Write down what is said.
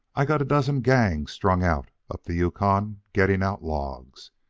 i've got a dozen gangs strung out up the yukon getting out logs.